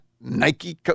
Nike